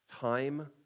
Time